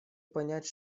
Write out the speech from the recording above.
понять